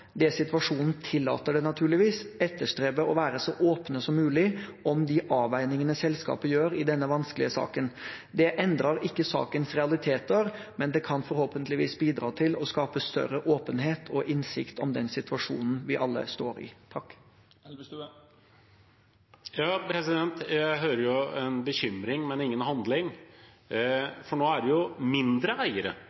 det situasjonen tillater, etterstrebe å være så åpne som mulig om de avveiningene selskapet gjør i denne vanskelige saken. Det endrer ikke sakens realiteter, men det kan forhåpentligvis bidra til å skape større åpenhet og innsikt om den situasjonen vi alle står i. Jeg hører en bekymring, men ingen handling.